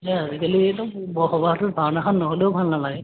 এই আজিকালি বৰ সবাৰটোত ভাওনাখন নহ'লেও ভাল নালাগে